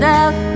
out